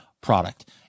product